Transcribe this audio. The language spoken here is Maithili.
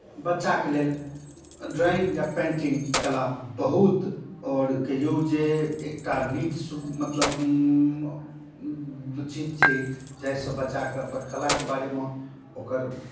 बच्चाके लेल ड्रॉइंग या पेन्टिंग कला बहुत आओर कहियौ जे एकटा नीक सु मतलब चीज छै जाहिसँ बच्चाके अपन कलाके बारेमे ओकर